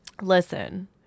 Listen